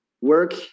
work